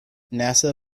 nasa